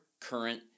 current